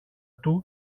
του